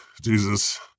Jesus